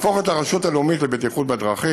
להפוך את הרשות הלאומית לבטיחות בדרכים,